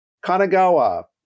Kanagawa